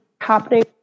happening